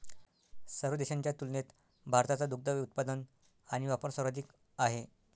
सर्व देशांच्या तुलनेत भारताचा दुग्ध उत्पादन आणि वापर सर्वाधिक आहे